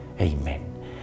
Amen